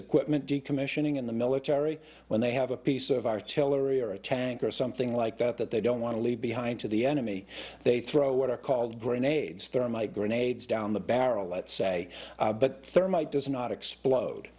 equipment decommissioning in the military when they have a piece of artillery or a tank or something like that that they don't want to leave behind to the enemy they throw what are called grenades thermite grenades down the barrel let's say but thermite does not explode